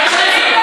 זה,